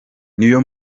niyo